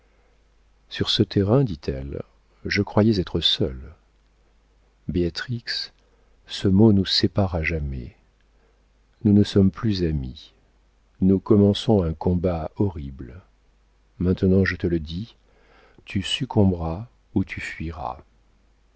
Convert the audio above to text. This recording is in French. sur ce terrain dit-elle je croyais être seule béatrix ce mot nous sépare à jamais nous ne sommes plus amies nous commençons un combat horrible maintenant je te le dis tu succomberas ou tu fuiras